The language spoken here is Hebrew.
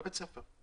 לבית הספר.